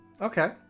okay